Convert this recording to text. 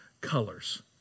colors